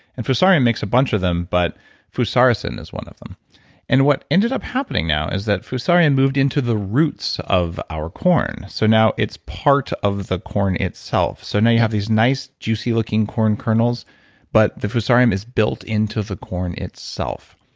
and fusarium makes a bunch of them, but and is one of them and what ended up happening now, is that fusarium moved into the roots of our corn, so now it's part of the corn itself. so, now you have these nice juicy looking corn kernels but the fusarium is built into the corn itself.